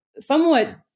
somewhat